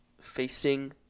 facing